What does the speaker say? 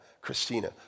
Christina